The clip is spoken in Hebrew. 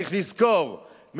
צריך לזכור,